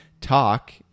talk